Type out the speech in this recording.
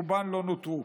רובן לא נוטרו.